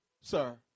sir